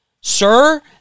Sir